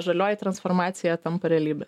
žalioji transformacija tampa realybe